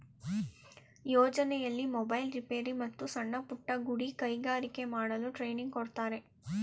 ಯೋಜನೆಯಲ್ಲಿ ಮೊಬೈಲ್ ರಿಪೇರಿ, ಮತ್ತು ಸಣ್ಣಪುಟ್ಟ ಗುಡಿ ಕೈಗಾರಿಕೆ ಮಾಡಲು ಟ್ರೈನಿಂಗ್ ಕೊಡ್ತಾರೆ